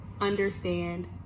understand